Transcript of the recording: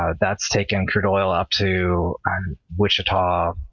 ah that's taken crude oil up to wichita,